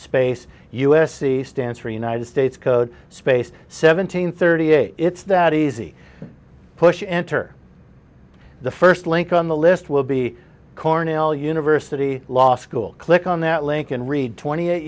space u s c stands for united states code space seventeen thirty eight it's that easy push enter the first link on the list will be cornell university law school click on that link and read twenty eight